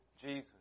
Jesus